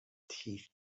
teeth